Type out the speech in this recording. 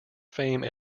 fame